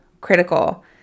critical